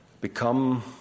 become